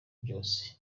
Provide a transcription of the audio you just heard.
byose